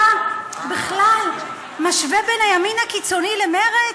אתה בכלל משווה בין הימין הקיצוני למרצ?